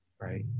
right